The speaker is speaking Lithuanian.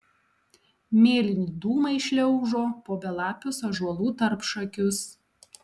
mėlyni dūmai šliaužo po belapius ąžuolų tarpšakius